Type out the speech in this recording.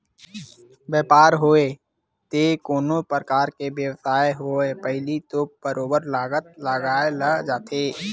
बइपार होवय ते कोनो परकार के बेवसाय होवय पहिली तो बरोबर लागत लगाए जाथे